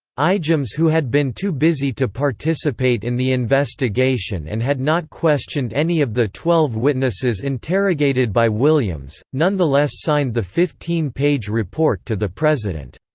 ijams who had been too busy to participate in the investigation and had not questioned any of the twelve witnesses interrogated by williams, nonetheless signed the fifteen page report to the president.